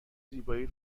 زیبایی